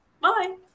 Bye